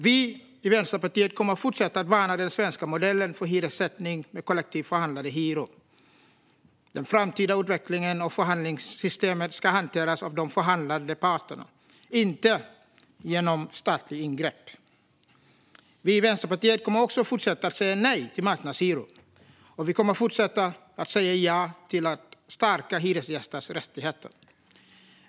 Vi i Vänsterpartiet kommer att fortsätta att värna den svenska modellen för hyressättning med kollektivt förhandlade hyror. Den framtida utvecklingen av förhandlingssystemet ska hanteras av de förhandlande parterna, inte genom statliga ingrepp. Vi i Vänsterpartiet kommer också att fortsätta säga nej till marknadshyror och ja till att stärka hyresgästers rättigheter.